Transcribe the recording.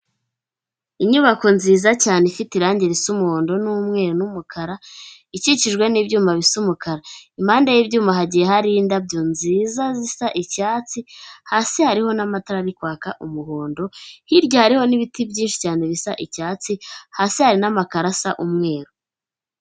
Inyubako nziza cyane ifite irangi risa umuhondo, n'umweru, n'umukara, ikikijwe n'ibyuma bisa umukara, impande y'ibyuma hagiye hariho indabyo nziza zisa icyatsi, hasi hariho n'amatara ari kwaka umuhondo, hirya hariho n'ibiti byinshi cyane bisa icyatsi, hasi hari n'amakaro asa umweru.